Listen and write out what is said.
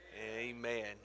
amen